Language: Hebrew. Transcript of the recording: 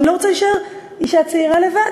אני לא רוצה להישאר אישה צעירה לבד.